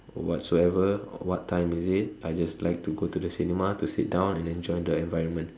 whatsoever what time is it I just like to go to the cinema to sit down and enjoy the environment